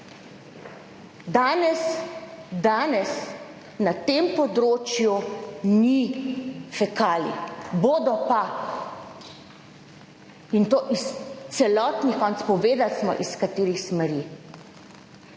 Danes, danes na tem področju ni fekalij, bodo pa in to iz celotnih koncev, povedali smo iz katerih smeri.